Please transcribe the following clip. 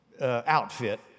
Outfit